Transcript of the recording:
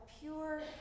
pure